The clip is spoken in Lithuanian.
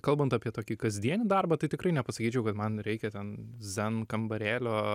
kalbant apie tokį kasdienį darbą tai tikrai nepasakyčiau kad man reikia ten zen kambarėlio